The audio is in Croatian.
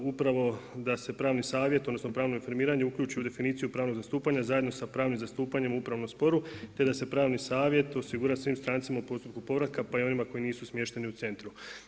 Upravo da se pravni savjet odnosno pravno informiranje uključi u definiciju pravnog zastupanja zajedno sa pravnim zastupanjem u upravnom sporu te da se pravni savjet osigura svim strancima u postupku povratka pa i onima koji nisu smješteni u centru.